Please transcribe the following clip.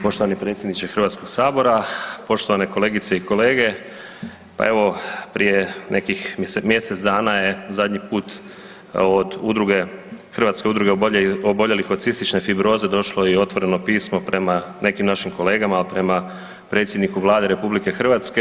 Poštovani predsjedniče Hrvatskog sabora, poštovane kolegice i kolege pa evo prije nekih mjesec dana je zadnji put od udruge, Hrvatske udruge oboljelih od cistične fibroze došlo i otvoreno pismo prema nekim našim kolegama, prema predsjedniku Vlade RH.